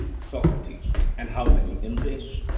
socrates and how many in this?